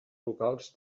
locals